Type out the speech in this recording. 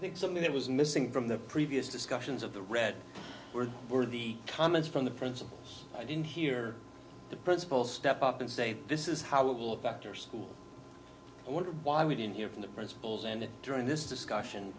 i think something that was missing from the previous discussions of the red were were the comments from the principals i didn't hear the principals step up and say this is how it will affect your school i wonder why we didn't hear from the principals and during this discussion